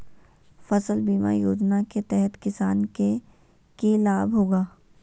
फसल बीमा योजना के तहत किसान के की लाभ होगा?